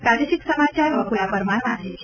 પ્રાદેશિક સમાચાર બ્ક્લા પરમાર વાંચે છે